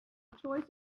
choice